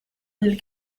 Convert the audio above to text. mille